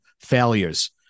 failures